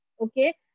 okay